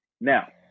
Now